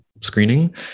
screening